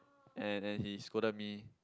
and and he scolded me